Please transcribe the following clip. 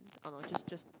I was just just